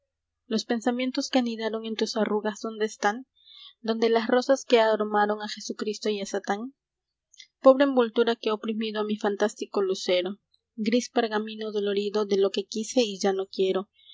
los pensamientos que anidaron en tus arrugas dónde están dónde las rosas que aromaron a jesucristo y a satán pobre envoltura que ha oprimido a mi fantástico lucero gris pergamino dolorido de lo que quise y ya no quiero